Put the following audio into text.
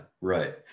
right